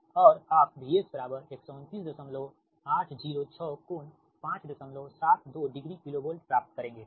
और आप VS 129806 कोण 572 डिग्री किलो वोल्ट प्राप्त करेंगे ठीक